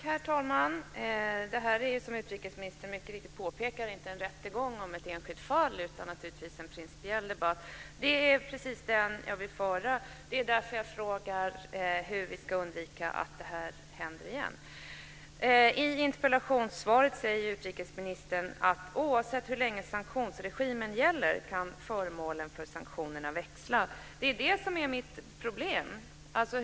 Herr talman! Det är som utrikesministern mycket riktigt påpekar inte fråga om en rättegång eller ett enskilt fall utan en principiell debatt. Det är precis den jag vill föra. Det är därför jag frågar hur vi ska undvika att detta händer igen. I interpellationssvaret säger utrikesministern: Oavsett hur länge sanktionsregimen gäller kan föremålen för sanktionerna växla. Det är mitt problem.